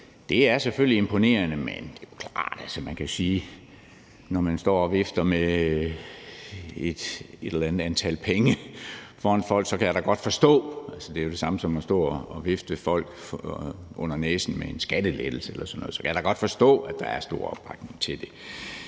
Det er selvfølgelig imponerende, men det er klart, at man kan sige, at når man står og vifter med et eller andet antal pengesedler foran folk, kan jeg godt forstå det, for det er det